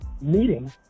meeting